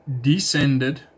descended